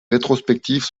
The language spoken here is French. rétrospectives